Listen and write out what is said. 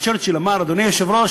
אז צ'רצ'יל אמר: אדוני היושב-ראש,